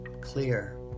clear